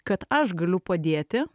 kad aš galiu padėti